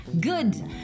Good